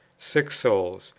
sick souls,